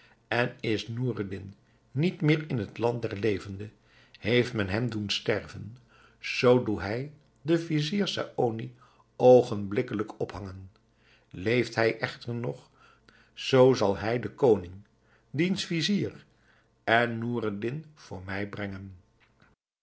en is noureddin niet meer in het land der levenden heeft men hem doen sterven zoo doe hij den vizier saony oogenblikkelijk ophangen leeft hij echter nog zoo zal hij den koning diens vizier en noureddin voor mij brengen